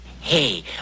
Hey